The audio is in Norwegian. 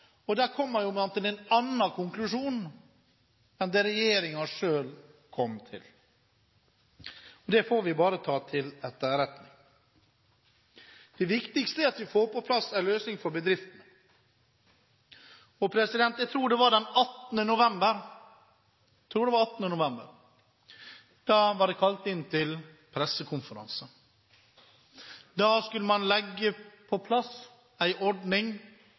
unntak. Der kom man til en annen konklusjon enn det regjeringen selv kom til. Det får vi bare ta til etterretning. Det viktigste er at vi får på plass en løsning for bedriftene. Jeg tror det var den 18. november det ble kalt inn til pressekonferanse. Da skulle man få på plass en ordning